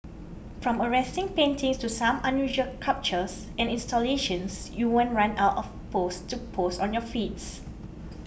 from arresting paintings to some unusual sculptures and installations you won't run out of to post on your feeds